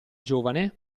giovane